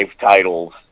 titles